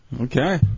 Okay